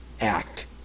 act